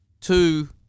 Two